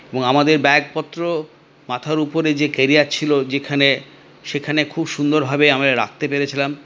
এবং আমাদের ব্যাগপত্র মাথার ওপরে যে ক্যারিয়ার ছিল যেখানে সেখানে খুব সুন্দরভাবে আমরা রাখতে পেরেছিলাম